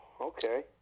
okay